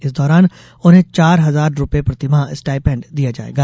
इस दौरान उन्हें चार हजार रूपये प्रति माह स्टाईपैंड दिया जायेगा